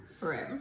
Right